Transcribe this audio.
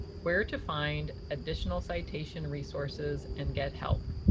where to find additional citation resources and get help.